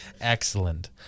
excellent